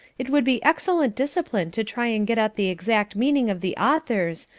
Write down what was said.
it would be excellent discipline to try and get at the exact meaning of the authors,